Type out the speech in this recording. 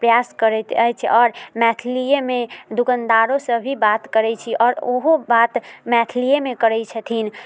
प्रयास करैत अछि आओर मैथिलिएमे दुकनदारोसँ भी बात करैत छी आओर ओहो बात मैथलिएमे करैत छथिन